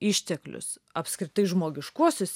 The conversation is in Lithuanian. išteklius apskritai žmogiškuosius